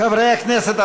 חברי הכנסת,